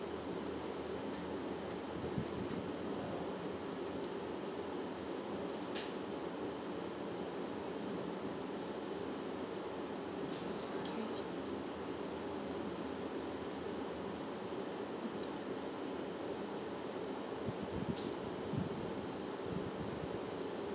okay